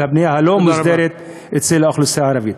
הבנייה הלא-מוסדרת אצל האוכלוסייה הערבית.